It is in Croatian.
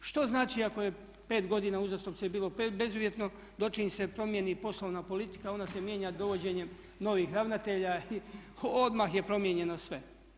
Što znači ako je 5 godina uzastopce bilo bezuvjetno dočim se promijeni poslovna politika i ona se mijenja dovođenjem novih ravnatelja i odmah je promijenjeno sve.